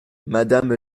madame